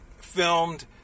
filmed